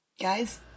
Guys